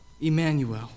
Emmanuel